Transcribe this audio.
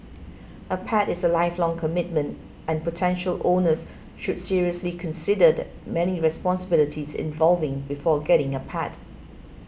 a pet is a lifelong commitment and potential owners should seriously consider the many responsibilities involved before getting a pet